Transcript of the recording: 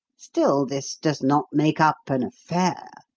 still, this does not make up an affair,